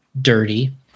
dirty